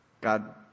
God